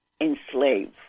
enslave